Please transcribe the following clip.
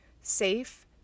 safe